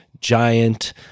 Giant